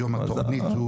היום בתוכנית,